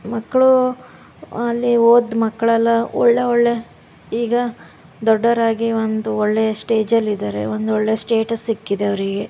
ಮಕ್ಕಳು ಅಲ್ಲಿ ಓದೋ ಮಕ್ಕಳೆಲ್ಲ ಒಳ್ಳೆ ಒಳ್ಳೆ ಈಗ ದೊಡ್ಡವರಾಗಿ ಒಂದು ಒಳ್ಳೆಯ ಸ್ಟೇಜಲ್ಲಿದಾರೆ ಒಂದೊಳ್ಳೆಯ ಸ್ಟೇಟಸ್ ಸಿಕ್ಕಿದೆ ಅವರಿಗೆ